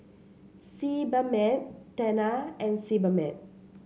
Sebamed Tena and Sebamed